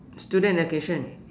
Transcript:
student education